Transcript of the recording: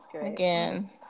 again